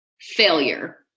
failure